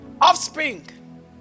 offspring